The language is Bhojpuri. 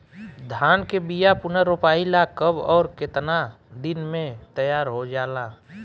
धान के बिया पुनः रोपाई ला कब और केतना दिन में तैयार होजाला?